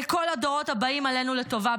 לכל הדורות הבאים עלינו לטובה,